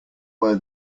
were